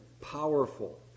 powerful